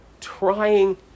trying